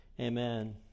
Amen